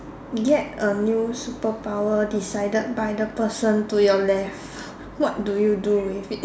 get a new superpower decided by the person to your left what do you do with it